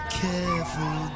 careful